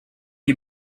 you